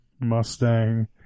Mustang